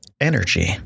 energy